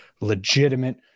legitimate